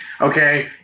Okay